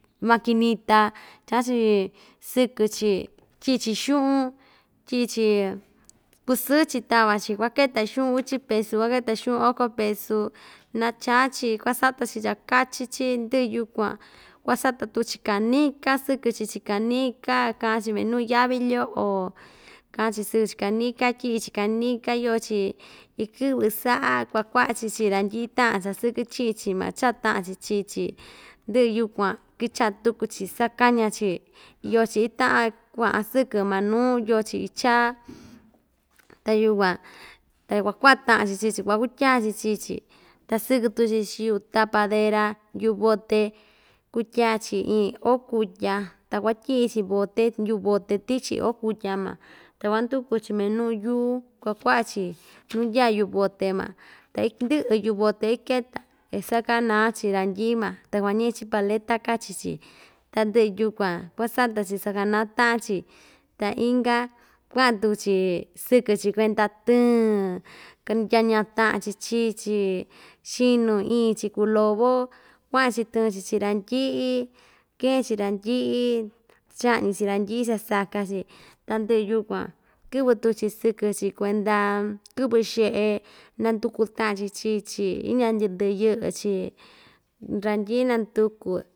Makinita cha'an‑chi sɨkɨ‑chi tyi'i‑chi xu'un tyi'i‑chi kusɨɨ‑chi tava‑chi kuaketa xu'un uchi pesu kuaketa xu'un oko peso na chaa‑chi kuasata‑chi chakachi‑chi ndɨ'ɨ yukuan kuasata tuku‑chi kanina sɨkɨ‑chi chin kanika kaan‑chi minu yavi lyo'o kaan‑chi sɨkɨ‑chi kanika tyi'i‑chi kanika yoo‑chi ikɨ'vɨ sa'a kuakua'a‑chi chii randyi'i ta'an chasɨkɨ chi'in‑chi ma cha'a ta'an‑chi chii‑chi ndɨ'ɨ yukuan kicha'a tuku‑chi sakaña‑chi iyo‑chi ita'an kua'an sɨkɨ manuu yoo‑chi ichaa ta yukuan ta yukuan ku'a ta'an‑chi chii‑chi kuakutya‑chi chii‑chi ta sɨkɨ tuku‑chi chin yu'u tapadera yu'u bote kutyaa‑chi iin oo kutya ta kuatyi'i‑chi bote yu'u bote tichi oo kutya ma ta kuanduku‑chi minu yuu kuakua'a‑chi nuu ndya yu'u bote van ta indɨ'ɨ yu'u bote iketa ta isakaná‑chi randyi'i ma ta kuañi'i‑chi paleta kachi‑chi ta ndɨ'ɨ yukuan kuasata‑chi sakaná ta'an‑chi ta inka kua'an tuku‑chi sɨkɨ‑chi kuenda tɨɨn kan ndyaña ta'an‑chi chii‑chi chinu iin‑chi kuu lobo kua'an‑chi tɨɨn‑chi chi randyi'i keen‑chi randyi'i cha'ñi‑chi randyi'i sasaka‑chi tandɨ'ɨ yukuan kɨ'vɨ tuku‑chi sɨkɨ‑chi kuenda kɨ'vɨ xe'e nanduku ta'an‑chi chii‑chi indya ndɨ yɨ'ɨ‑chi randyi'i nanduku.